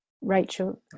rachel